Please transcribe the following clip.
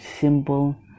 simple